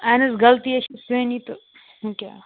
اہن حظ غلطی حظ چھِ سٲنی تہٕ وٕنۍ کیٛاہ